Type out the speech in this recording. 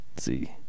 see